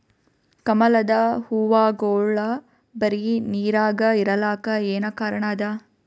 ಕಮಲದ ಹೂವಾಗೋಳ ಬರೀ ನೀರಾಗ ಇರಲಾಕ ಏನ ಕಾರಣ ಅದಾ?